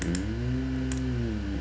mm